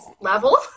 level